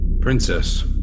Princess